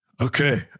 Okay